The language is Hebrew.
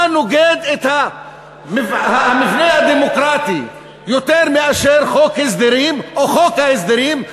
מה נוגד את המבנה הדמוקרטי יותר מאשר חוק הסדרים או חוק ההסדרים?